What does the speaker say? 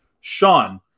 Sean